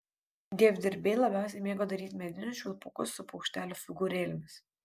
dievdirbiai labiausiai mėgo daryti medinius švilpukus su paukštelių figūrėlėmis